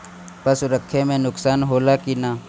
पशु रखे मे नुकसान होला कि न?